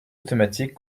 automatique